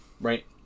Right